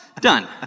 done